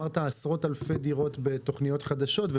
אמרת עשרות אלפי דירות בתוכניות חדשות,